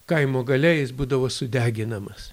kaimo gale jis būdavo sudeginamas